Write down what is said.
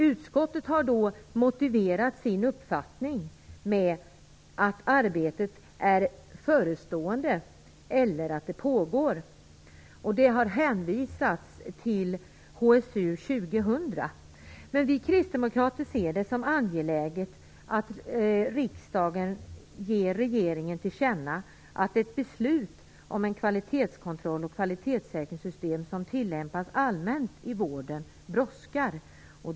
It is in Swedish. Utskottet har då motiverat sin uppfattning med att arbetet är förestående eller att det pågår. Det har hänvisats till HSU 2000. Men vi kristdemokrater ser det som angeläget att riksdagen ger regeringen till känna att ett beslut om en kvalitetskontroll och ett kvalitetssäkringssystem, som tillämpas allmänt i vården, brådskar.